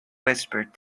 whispered